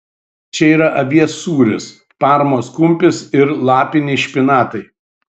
čia yra avies sūris parmos kumpis ir lapiniai špinatai